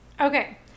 Okay